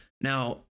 now